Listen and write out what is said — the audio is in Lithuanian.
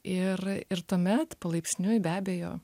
ir ir tuomet palaipsniui be abejo